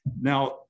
Now